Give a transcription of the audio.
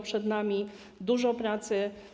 Przed nami dużo pracy.